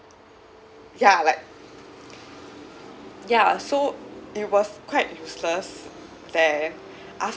ya like ya so it was quite useless then af~